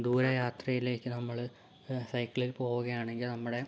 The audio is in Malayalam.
ദൂര യാത്രയിലേക്ക് നമ്മൾ സൈക്കിളിൽ പോവുകയാണെങ്കിൽ നമ്മുടെ